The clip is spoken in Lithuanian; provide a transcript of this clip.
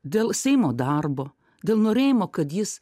dėl seimo darbo dėl norėjimo kad jis